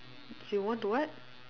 you want to what